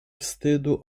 wstydu